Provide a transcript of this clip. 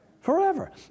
Forever